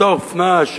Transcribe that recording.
אותה אופנה,